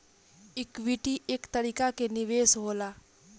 equity एक तरीका के निवेश होला